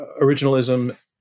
originalism